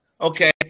Okay